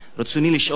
רצוני לשאול: